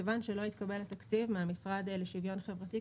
מכיוון שלא התקבל התקציב מהמשרד לשוויון חברתי,